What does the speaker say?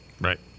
Right